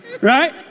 right